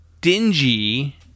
dingy